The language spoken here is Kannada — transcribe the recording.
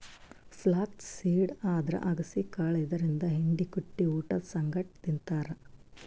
ಫ್ಲ್ಯಾಕ್ಸ್ ಸೀಡ್ ಅಂದ್ರ ಅಗಸಿ ಕಾಳ್ ಇದರಿಂದ್ ಹಿಂಡಿ ಕುಟ್ಟಿ ಊಟದ್ ಸಂಗಟ್ ತಿಂತಾರ್